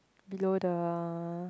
below the